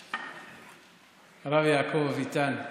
הרב יעקב אביטן,